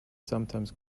sometimes